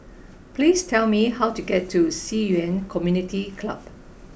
please tell me how to get to Ci Yuan Community Club